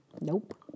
Nope